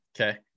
Okay